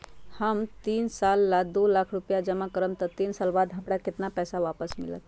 हम तीन साल ला दो लाख रूपैया जमा करम त तीन साल बाद हमरा केतना पैसा वापस मिलत?